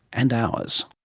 and ours.